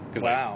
Wow